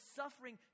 suffering